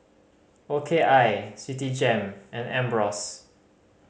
O K I Citigem and Ambros